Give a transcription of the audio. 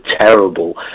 terrible